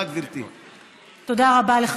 תודה, גברתי.